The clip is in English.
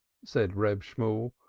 said reb shemuel,